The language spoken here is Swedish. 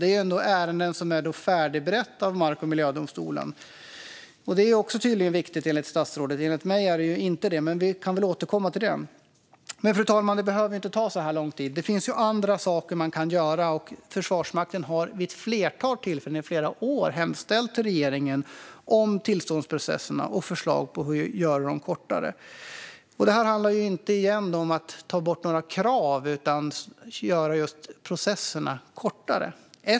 Det är ändå ärenden som är färdigberedda av mark och miljödomstol - något som är viktigt enligt statsrådet men inte enligt mig. Men det kan vi återkomma till. Fru talman! Det behöver inte ta så här lång tid. Det finns andra saker man kan göra. Försvarsmakten har vid ett flertal tillfällen under flera år föreslagit för regeringen hur man kan korta tillståndsprocesserna. Det handlar alltså inte om att ta bort några krav utan om att korta processerna.